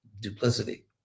duplicity